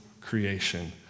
creation